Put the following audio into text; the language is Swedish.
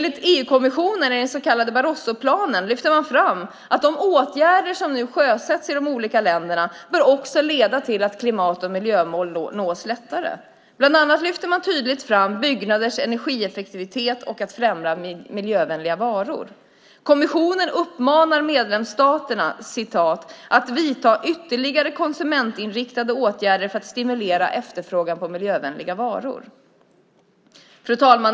I EU-kommissionens så kallade Barrosoplan lyfter man fram att de åtgärder som nu sjösätts i de olika länderna också bör leda till att klimat och miljömål lättare nås. Bland annat lyfter man tydligt fram byggnaders energieffektivitet och främjande av miljövänliga varor. Kommissionen uppmanar medlemsstaterna "att vidta ytterligare konsumentinriktade åtgärder för att stimulera efterfrågan på miljövänliga varor". Fru talman!